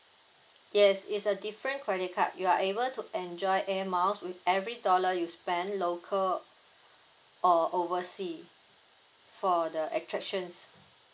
yes it's a different credit card you are able to enjoy air miles with every dollar you spend local or overseas for the attractions